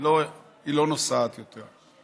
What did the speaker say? והיא לא נוסעת יותר.